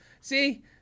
see